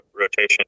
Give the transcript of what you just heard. rotation